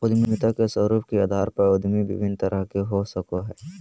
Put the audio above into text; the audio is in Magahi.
उद्यमिता के स्वरूप के अधार पर उद्यमी विभिन्न तरह के हो सकय हइ